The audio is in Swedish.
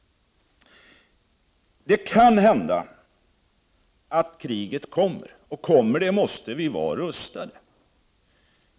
Det kan hända att kriget kommer, och kommer det måste vi vara rustade.